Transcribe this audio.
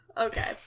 Okay